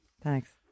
Thanks